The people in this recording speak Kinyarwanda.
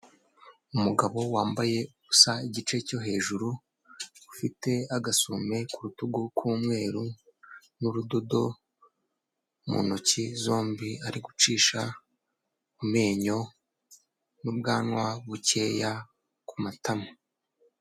Umugabo wambaye ubusa igice cyo hejuru, ufite agasume ku rutugu rw'umweru n'urudodo mu ntoki zombi, ari gucisha amenyo n'ubwanwa bukeya ku matama.